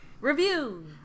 Review